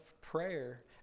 prayer